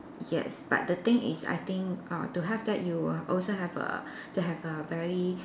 yes but the thing is I think err to have that you are also have a to have a very